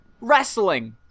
wrestling